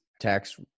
tax